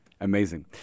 Amazing